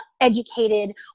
educated